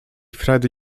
frajdy